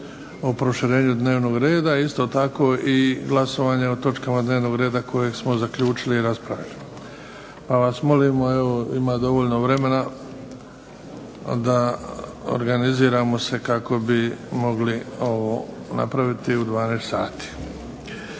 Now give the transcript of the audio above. o proširenju dnevnog reda. Isto tako i glasovanje o točkama dnevnog reda, koje smo zaključili i raspravili. Pa vas molimo, evo ima dovoljno vremena da organiziramo se kako bi mogli ovo napraviti u 12 sati.